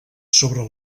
sobre